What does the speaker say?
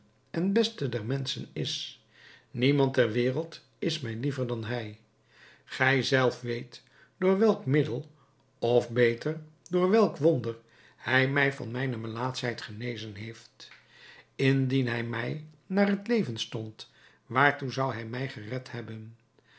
en beste der menschen is niemand ter wereld is mij liever dan hij gij zelf weet door welk middel of beter door welk wonder hij mij van mijne melaatschheid genezen heeft indien hij mij naar t leven stond waartoe zou hij mij gered hebben